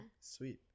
sweet